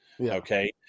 Okay